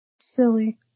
silly